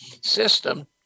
system